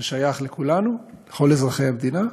ששייך לכולנו, לכל אזרחי המדינה,